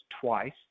twice